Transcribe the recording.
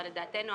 אבל לדעתנו,